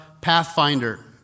Pathfinder